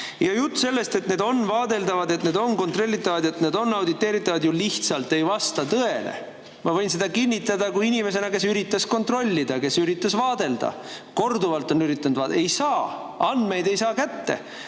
Jutt sellest, et need on vaadeldavad, et need on kontrollitavad, et need on auditeeritavad, ju lihtsalt ei vasta tõele. Ma võin seda kinnitada inimesena, kes üritas kontrollida, kes üritas vaadelda, kes korduvalt on üritanud vaadelda. Ei saa! Andmeid ei saa kätte!